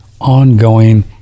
ongoing